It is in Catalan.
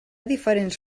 diferents